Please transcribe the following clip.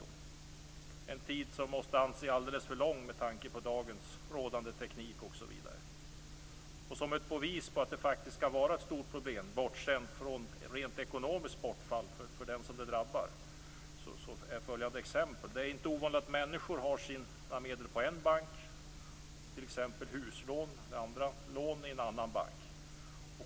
Den tiden måste anses som alldeles för lång, med tanke på dagens rådande teknik osv. Som ett bevis på att detta faktiskt kan vara ett stort problem, bortsett från ekonomiskt bortfall för den som drabbas, kan jag ta följande exempel. Det är inte ovanligt att människor har sina medel på en bank och t.ex. huslån eller andra lån i en annan bank.